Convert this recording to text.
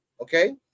okay